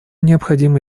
необходимо